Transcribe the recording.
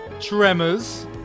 Tremors